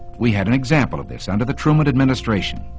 we had an example of this under the truman administration.